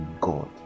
God